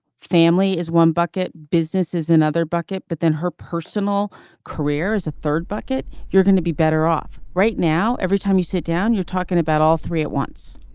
family is one bucket business is another bucket. but then her personal career is a third bucket. you're going to be better off right now every time you sit down you're talking about all three at once.